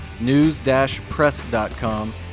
News-Press.com